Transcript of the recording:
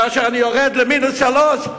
כאשר אני יורד למינוס 3,